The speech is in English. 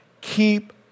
Keep